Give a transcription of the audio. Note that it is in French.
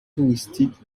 touristique